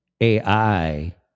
AI